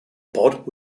pod